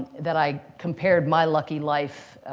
that i compared my lucky life,